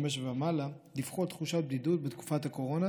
ומעלה דיווחו על תחושת בדידות בתקופת הקורונה,